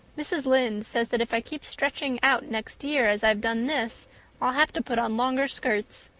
mrs. lynde says that if i keep stretching out next year as i've done this i'll have to put on longer skirts.